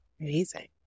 Amazing